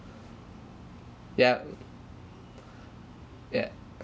ya uh ya